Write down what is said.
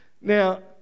Now